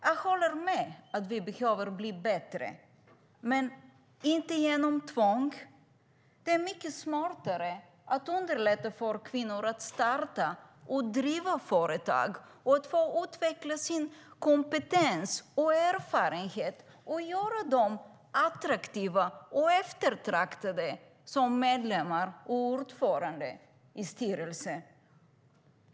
Jag håller med om att det behöver bli bättre - men inte genom tvång. Det är mycket smartare att underlätta för kvinnor att starta och driva företag och få utveckla sin kompetens och erfarenhet och göra dem attraktiva och eftertraktade som medlemmar och ordförande i styrelser.